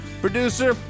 producer